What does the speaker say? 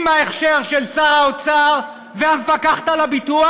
עם ההכשר של שר האוצר והמפקחת על הביטוח,